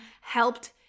helped